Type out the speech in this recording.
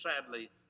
sadly